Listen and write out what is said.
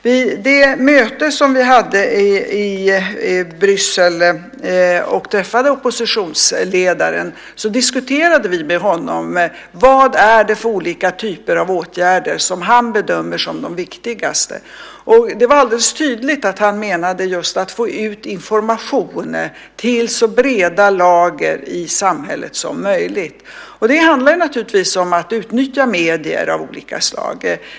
Vid det möte som vi hade i Bryssel, då vi träffade oppositionsledaren, diskuterade vi olika åtgärder och vilka han bedömer som de viktigaste. Det var alldeles tydligt att han menade att just att få ut information till så breda lager i samhället som möjligt var viktigt. Det handlar naturligtvis om att utnyttja medier av olika slag.